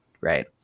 right